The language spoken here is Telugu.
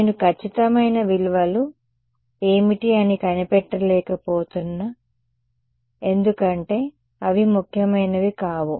నేను ఖచ్చితమైన విలువలు ఏమిటి అని కనిపెట్టలేక పోతున్న ఎందుకంటే అవి ముఖ్యమైనవి కావు